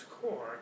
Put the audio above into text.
core